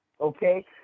okay